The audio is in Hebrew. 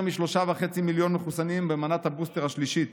מ-3.5 מיליון מחוסנים במנת הבוסטר השלישית,